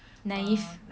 naive